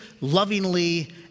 lovingly